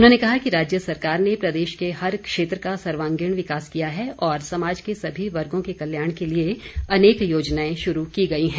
उन्होंने कहा कि राज्य सरकार ने प्रदेश के हर क्षेत्र का सर्वागिण विकास किया है और समाज के सभी वर्गों के कल्याण के लिए अनेक योजनाएं शुरू की गई है